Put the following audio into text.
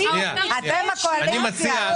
אתם הקואליציה.